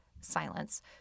silence